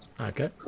Okay